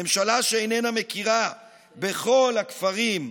ממשלה שאיננה מכירה בכל הכפרים בנגב,